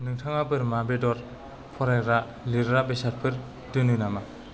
नोंथाङा बोरमा बेदर फरायग्रा लिरग्रा बेसादफोर दोनो नामा